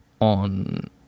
on